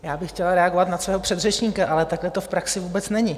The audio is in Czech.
Já bych chtěla reagovat na svého předřečníka, ale takhle to v praxi vůbec není!